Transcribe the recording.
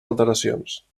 alteracions